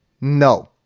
no